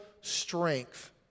strength